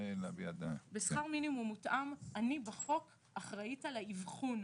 בשכר מינימום מותאם אני בחוק אחראית על האבחון.